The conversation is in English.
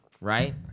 right